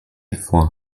before